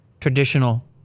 traditional